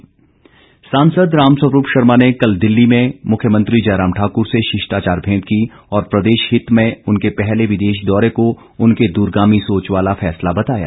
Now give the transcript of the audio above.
राम स्वरूप सांसद रामस्वरूप शर्मा ने कल दिल्ली में मुख्यमंत्री जयराम ठाकर से शिष्टाचार भेंट की और प्रदेश हित में उनके पहले विदेश दौरे को उनके दूरगामी सोच वाला फैसला बताया